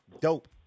dope